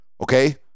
okay